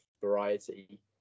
variety